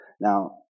Now